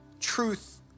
Truth